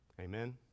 Amen